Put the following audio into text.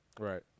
right